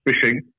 fishing